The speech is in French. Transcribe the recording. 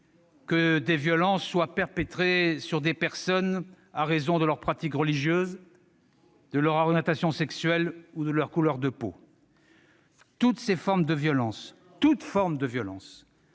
que des violences soient perpétrées sur des personnes en raison de leur pratique religieuse, de leur orientation sexuelle ou de leur couleur de peau. Toutes ces formes de violence, notamment conjugales,